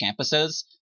campuses